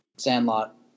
sandlot